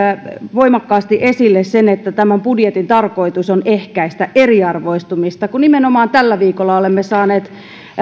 voimakkaasti esille sen että tämän budjetin tarkoitus on ehkäistä eriarvoistumista kun nimenomaan tällä viikolla olemme saaneet